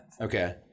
okay